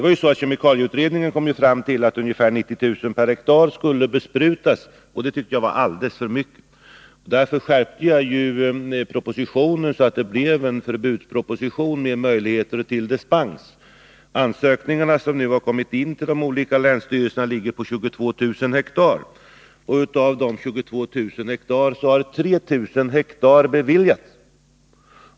Kemikalieutredningen kom fram till att ungefär 90 000 hektar skulle besprutas. Det tyckte jag var alldeles för mycket. Därför skärpte jag propositionen, så att det blev en förbudsproposition med möjligheter till dispens. Ansökningarna har nu kommit till de olika länsstyrelserna med begäran om besprutning av 22 000 hektar. Av dessa har 3 000 hektar beviljats.